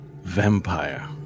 Vampire